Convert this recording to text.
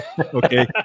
Okay